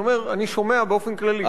אני שומע באופן כללי.